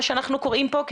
מה שאנחנו קוראים פה,